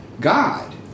God